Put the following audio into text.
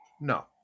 No